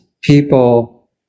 people